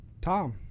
Tom